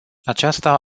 aceasta